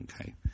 Okay